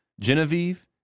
Genevieve